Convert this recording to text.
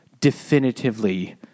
definitively